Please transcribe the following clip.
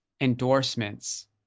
endorsements